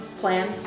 plan